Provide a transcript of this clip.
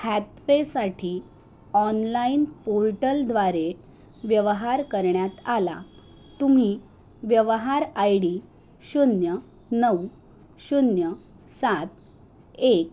हॅतवेसाठी online पोर्टलद्वारे व्यवहार करण्यात आला तुम्ही व्यवहार आय डी शून्य नऊ शून्य सात एक